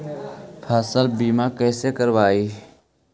फसल बीमा कैसे करबइ?